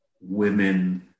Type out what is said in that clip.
women